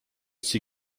sie